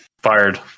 Fired